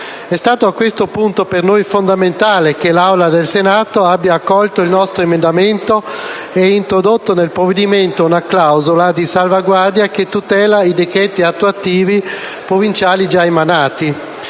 È stato a questo punto per noi fondamentale che l'Aula del Senato abbia accolto il nostro emendamento e introdotto nel provvedimento una clausola di salvaguardia che tutela i decreti attuativi provinciali già emanati